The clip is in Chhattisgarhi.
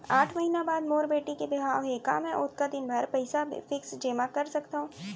आठ महीना बाद मोर बेटी के बिहाव हे का मैं ओतका दिन भर पइसा फिक्स जेमा कर सकथव?